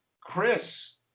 Chris